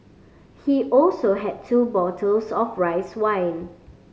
he also had two bottles of rice wine